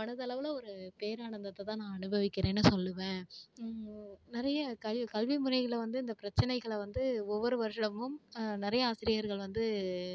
மனதளவில் ஒரு பேரானந்தத்த தான் நான் அனுபவிக்கிறேன்னு சொல்லுவேன் நிறைய கல் கல்வி முறையில் வந்து இந்த பிரச்சினைகளை வந்து ஒவ்வொரு வருடமும் நிறைய ஆசிரியர்கள் வந்து